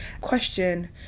Question